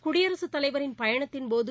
குடியரசுத் தலைவரின் பயணத்தின்போது